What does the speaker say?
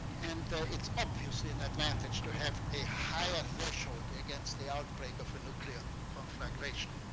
and it's obviously an advantage to have a higher threshold against the outbreak of a nuclear conflagration.